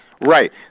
Right